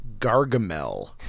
Gargamel